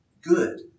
good